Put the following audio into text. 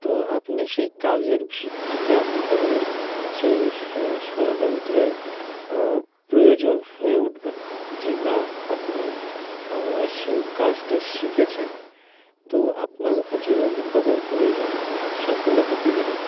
তো আপনি সেই কাজের ভিত্তিতে আপনি তবেই সেই ষড়যন্ত্রের প্রয়োজন হয়ে উঠবেন যে না আপনি সেই কাজটা শিখেছেন তো আপনাকে প্রচুর অভিজ্ঞতার প্রয়োজন সাফল্য পেতে গেলে